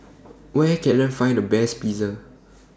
Where Can I Find The Best Pizza